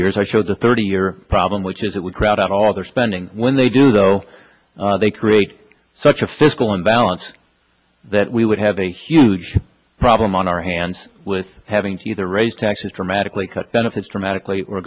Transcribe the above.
years i showed the thirty year problem which is that we crowd out all other spending when they do so they create such a fiscal imbalance that we would have a huge problem on our hands with having to either raise taxes dramatically cut benefits dramatically or